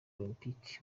olempike